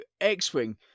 X-Wing